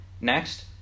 Next